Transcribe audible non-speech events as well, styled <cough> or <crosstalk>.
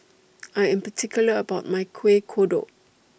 <noise> I Am particular about My Kueh Kodok